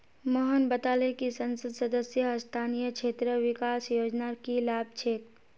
मोहन बताले कि संसद सदस्य स्थानीय क्षेत्र विकास योजनार की लाभ छेक